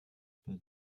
pas